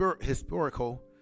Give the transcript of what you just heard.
historical